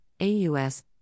AUS